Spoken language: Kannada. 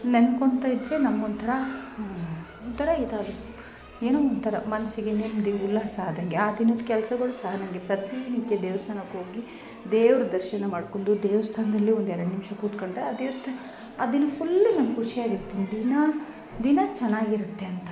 ನೆನ್ಕೊಂತಾ ಇದ್ರೆ ನಮ್ಗೆ ಒಂಥರ ಒಂಥರ ಇದಾಗತ್ತೆ ಏನೋ ಒಂಥರ ಮನಸಿಗೆ ನೆಮ್ಮದಿ ಉಲ್ಲಾಸ ಆದಂಗೆ ಆ ದಿನದ ಕೆಲ್ಸಗಳು ಸಹ ನಮಗೆ ಪ್ರತಿನಿತ್ಯ ದೇವಸ್ಥಾನಕ್ ಹೋಗಿ ದೇವ್ರ ದರ್ಶನ ಮಾಡ್ಕೊಂಡು ದೇವಸ್ಥಾನ್ದಲ್ಲಿ ಒಂದು ಎರಡು ನಿಮಿಷ ಕುತ್ಕೊಂಡು ಆ ದೇವಸ್ಥಾನ ಆ ದಿನ ಫುಲ್ ನಾವು ಖುಷಿಯಾಗ್ ಇರ್ತೀವಿ ದಿನ ದಿನ ಚೆನ್ನಾಗಿರತ್ತೆ ಅಂತ ಅರ್ಥ